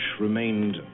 remained